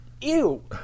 ew